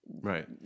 Right